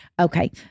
Okay